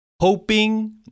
hoping